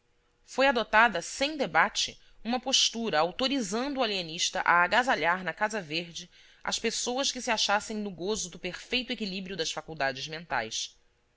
foi adorada sem debate uma postura autorizando o alienista a agasalhar na casa verde as pessoas que se achassem no gozo do perfeito equilíbrio das faculdades mentais